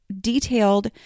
detailed